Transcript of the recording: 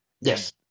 Yes